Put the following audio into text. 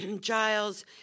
Giles